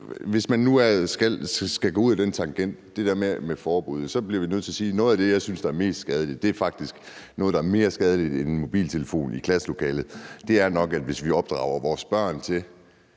Hvis man nu skal gå ud ad den tangent med forbud, så bliver jeg nødt til at sige, at noget af det, jeg synes er mest skadeligt, faktisk er noget, der er mere skadeligt end en mobiltelefon i klasselokalet, nemlig at vi opdrager vores børn til,